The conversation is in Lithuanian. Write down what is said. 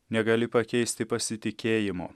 negali pakeisti pasitikėjimo